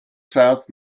south